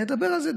נדבר על זה.